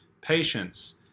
patience